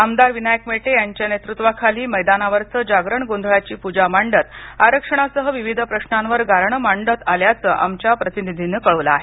आमदार विनायक मेटे यांच्या नेतृत्वाखाली मैदानावरच जागरण गोंधळाची पूजा मांडत आरक्षणासह विविध प्रश्नांवर गाऱ्हाणं मांडण्यात आल्याचं आमच्या प्रतिनिधीनं कळवलं आहे